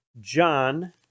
John